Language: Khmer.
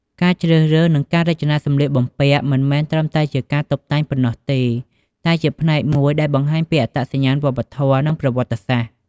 ការជ្រើសរើស និងការរចនាសម្លៀកបំពាក់ មិនមែនត្រឹមតែជាការតុបតែងប៉ុណ្ណោះទេ តែជាផ្នែកមួយដែលបង្ហាញពីអត្តសញ្ញាណវប្បធម៌ និងប្រវត្តិសាស្ត្រ។